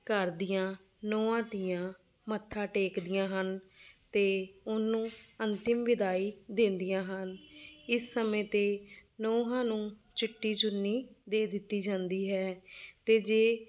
ਘਰ ਦੀਆਂ ਨੂੰਹਾਂ ਧੀਆਂ ਮੱਥਾ ਟੇਕਦੀਆਂ ਹਨ ਅਤੇ ਉਹਨੂੰ ਅੰਤਿਮ ਵਿਦਾਈ ਦਿੰਦੀਆਂ ਹਨ ਇਸ ਸਮੇਂ 'ਤੇ ਨੂੰਹਾਂ ਨੂੰ ਚਿੱਟੀ ਚੁੰਨੀ ਦੇ ਦਿੱਤੀ ਜਾਂਦੀ ਹੈ ਅਤੇ ਜੇ